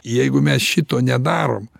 jeigu mes šito nedarom